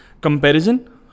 comparison